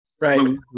Right